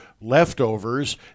leftovers –